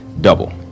Double